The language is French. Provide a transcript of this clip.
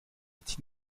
est